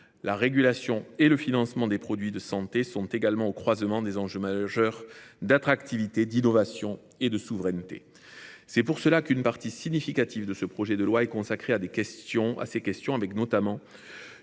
La régulation et le financement des produits de santé sont également au croisement des enjeux majeurs d’attractivité, d’innovation et de souveraineté. C’est pour cela qu’une partie significative de ce projet de loi est consacrée à ces questions, à commencer